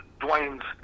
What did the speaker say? Dwayne's